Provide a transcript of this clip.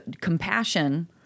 compassion